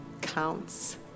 counts